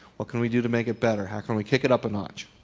what can we do to make it better? how can we kick it up a notch.